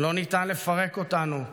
לא ניתן לפרק אותנו",